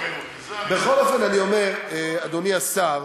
בכל אופן, אני אומר, אדוני השר,